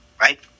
right